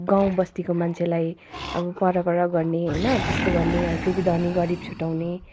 गाउँबस्तीको मान्छेलाई अब परपर गर्ने होइन त्यस्तो गर्ने अब फेरि धनी गरिब छुट्याउने